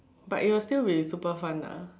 but it'll still be super fun lah